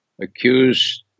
accused